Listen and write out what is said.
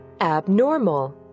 Abnormal